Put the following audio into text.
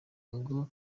ngo